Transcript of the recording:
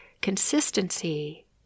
consistency